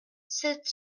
sept